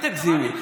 אל תגזימי.